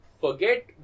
forget